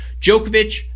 Djokovic